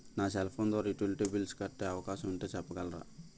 నా cell phone ద్వారా utility bills కట్టే అవకాశం ఉంటే చెప్పగలరా?